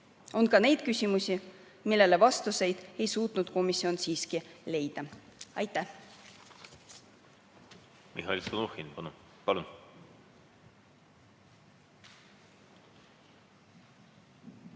On ka neid küsimusi, millele vastuseid ei suutnud komisjon leida. Aitäh!